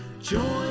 join